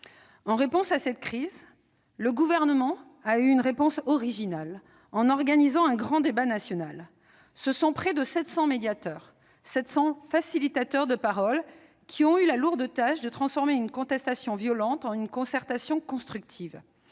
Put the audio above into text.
a répondu de manière originale à cette crise, en organisant un grand débat national. Ce sont près de 700 médiateurs, 700 facilitateurs de parole, qui ont eu la lourde tâche de transformer une contestation violente en une concertation constructive.